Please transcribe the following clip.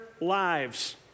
lives